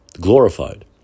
Glorified